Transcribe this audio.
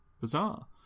bizarre